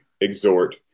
exhort